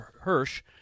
Hirsch